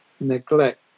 neglect